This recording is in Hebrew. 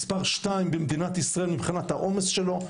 מספר שתיים במדינת ישראל מבחינת העומס שלו,